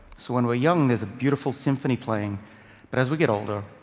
so when we are young, there's a beautiful symphony playing but as we get older,